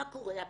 מה קורה עכשיו?